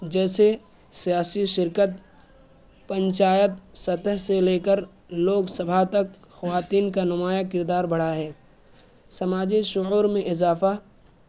جیسے سیاسی شرکت پنچایت سطح سے لے کر لوگ سبھا تک خواتین کا نمایاں کردار بڑھا ہے سماجی شعور میں اضافہ